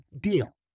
deal